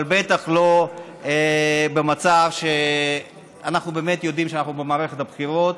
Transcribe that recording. אבל בטח לא במצב שאנחנו באמת יודעים שאנחנו במערכת הבחירות